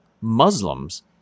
Muslims